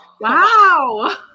wow